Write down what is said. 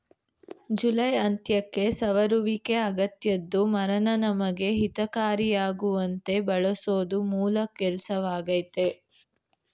July ಅಂತ್ಯಕ್ಕೆ ಸವರುವಿಕೆ ಅಗತ್ಯದ್ದು ಮರನ ನಮಗೆ ಹಿತಕಾರಿಯಾಗುವಂತೆ ಬೆಳೆಸೋದು ಮೂಲ ಕೆಲ್ಸವಾಗಯ್ತೆ